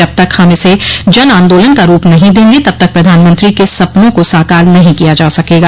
जब तक हम इसे जनआन्दोलन का रूप नहीं देंगे तब तक प्रधानमंत्री के सपनो को साकार नहीं किया जा सकेगा